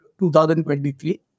2023